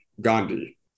Gandhi